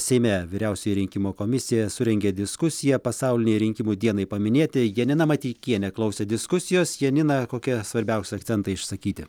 seime vyriausioji rinkimų komisija surengė diskusiją pasaulinei rinkimų dienai paminėti janina mateikienė klausė diskusijos janina kokie svarbiausi akcentai išsakyti